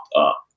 up